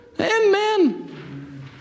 Amen